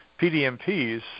PDMPs